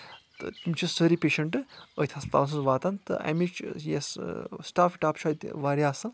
تہٕ یِم چھِ سٲری پیشَنٹہٕ أتھۍ ہَسپتالَس منٛز واتان تہٕ امِچ یۄس سٹاف وٹاپ چھُ اَتہِ واریاہ اَصٕل